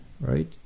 right